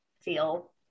feel